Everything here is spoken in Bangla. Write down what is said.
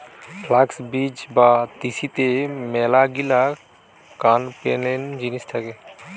ফ্লাক্স বীজ বা তিসিতে মেলাগিলা কান পেলেন জিনিস থাকে